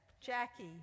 Jackie